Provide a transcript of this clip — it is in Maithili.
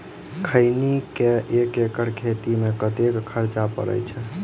खैनी केँ एक एकड़ खेती मे कतेक खर्च परै छैय?